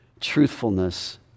truthfulness